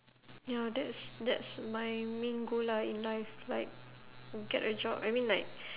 ya that's that's my main goal lah in life like get a job I mean like